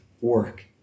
work